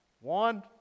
One